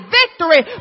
victory